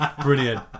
Brilliant